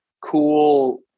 cool